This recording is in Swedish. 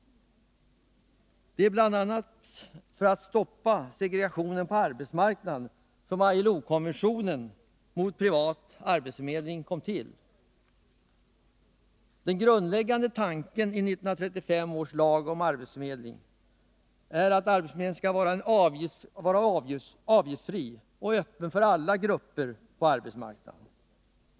Det var bl.a. för att stoppa segregeringen på arbetsmarknaden som ILO-konventionen mot privat arbetsförmedling kom till. Den grundläggande tanken i 1935 års lag om arbetsförmedling är att arbetsförmedlingen skall vara avgiftsfri och öppen för alla grupper på arbetsmarknaden.